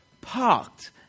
parked